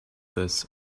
this